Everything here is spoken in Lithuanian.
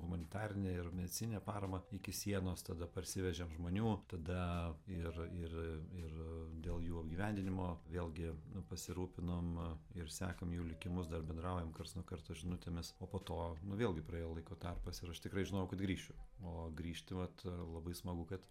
humanitarinę ir medicininę paramą iki sienos tada parsivežėm žmonių tada ir ir ir dėl jų apgyvendinimo vėlgi pasirūpinom ir sekam jų likimus dar bendraujam karts nuo karto žinutėmis o po to vėlgi praėjo laiko tarpas ir aš tikrai žinojau kad grįšiu o grįžti vat labai smagu kad